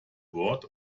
word